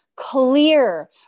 clear